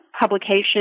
publication